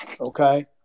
Okay